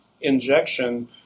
injection